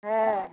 হ্যাঁ